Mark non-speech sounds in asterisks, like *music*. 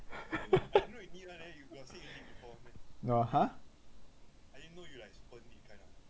*laughs* no !huh!